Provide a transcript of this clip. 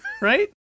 Right